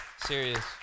Serious